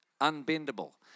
unbendable